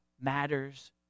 matters